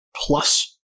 plus